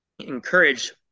encourage